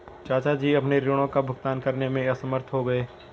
चाचा जी अपने ऋणों का भुगतान करने में असमर्थ हो गए